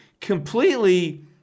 completely